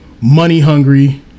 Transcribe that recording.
money-hungry